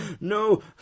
No